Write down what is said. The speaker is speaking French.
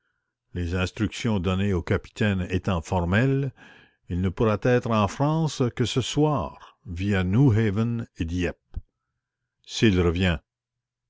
les instructions don nées au capitaine étant formelles il ne pourra être en france que ce soir via newhaven et dieppe s'il revient